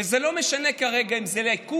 וזה לא משנה כרגע אם זה הליכוד,